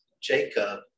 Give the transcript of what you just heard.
Jacob